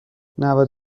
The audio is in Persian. نود